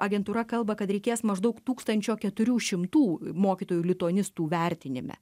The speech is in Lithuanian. agentūra kalba kad reikės maždaug tūkstančio keturių šimtų mokytojų lituanistų vertinime